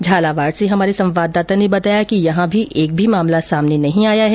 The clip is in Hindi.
झालावाड से हमारे संवाददाता ने बताया कि यहां भी एक भी मामला सामने नहीं आया है